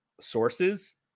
sources